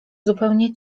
zupełnie